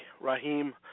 Raheem